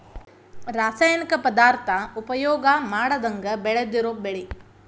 ರಾಸಾಯನಿಕ ಪದಾರ್ಥಾ ಉಪಯೋಗಾ ಮಾಡದಂಗ ಬೆಳದಿರು ಬೆಳಿ